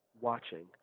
watching